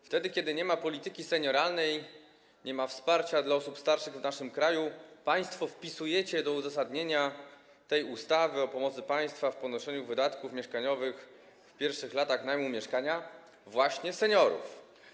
Wtedy kiedy nie ma polityki senioralnej, nie ma wsparcia kierowanego do osób starszych w naszym kraju, państwo wpisujecie do uzasadnienia ustawy o pomocy państwa w ponoszeniu wydatków mieszkaniowych w pierwszych latach najmu mieszkania właśnie seniorów.